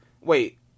Wait